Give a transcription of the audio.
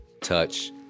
touch